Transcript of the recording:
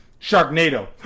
Sharknado